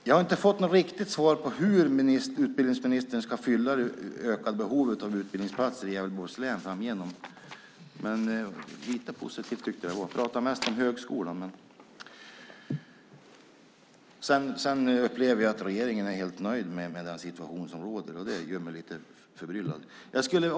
Jag har inte fått något riktigt svar på hur utbildningsministern ska tillgodose det ökade behovet av utbildningsplatser i Gävleborgs län framöver. Men jag tyckte att det var lite positivt, även om han pratar mest om högskolan. Jag upplever att regeringen är helt nöjd med den situation som råder, och det gör mig lite förbryllad.